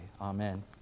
Amen